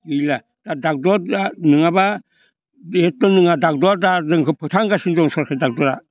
गैला दा ड'क्टर नङाब्ला जेबो नङा ड'क्टरा दा जोंखो फोथानगासिनो दं दा सरखारि ड'क्टरा